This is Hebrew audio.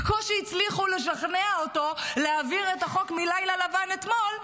בקושי הצליחו לשכנע אותו להעביר את החוק מאתמול,